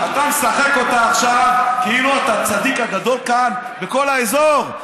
אתה משחק אותה עכשיו כאילו אתה הצדיק הגדול כאן בכל האזור.